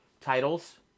titles